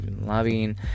lobbying